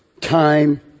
time